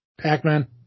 Pac-Man